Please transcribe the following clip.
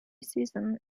season